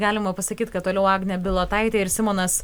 galima pasakyti kad toliau agnė bilotaitė ir simonas